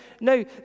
no